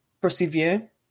persevere